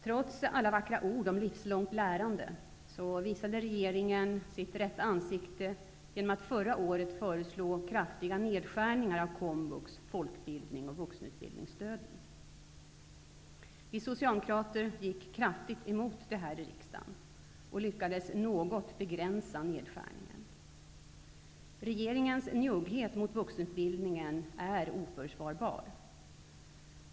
Trots alla vackra ord om livslångt lärande visade regeringen sitt rätta ansikte genom att förra året föreslå kraftiga nedskärningar av komvux, folkbildning och vuxenutbildningsstöd. Vi socialdemokrater gick kraftigt emot det i riksdagen och lyckades något begränsa nedskärningen. Regeringens njugghet mot vuxenutbildningen är oförsvarbar.